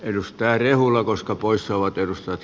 edustaja rehulla koska poissaolot täyttyvät